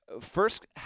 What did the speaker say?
First